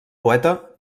poeta